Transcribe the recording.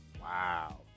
wow